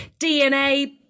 DNA